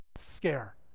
scare